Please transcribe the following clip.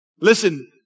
listen